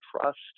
trust